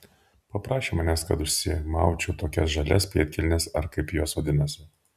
paprašė manęs kad užsimaučiau tokias žalias pėdkelnes ar kaip jos vadinasi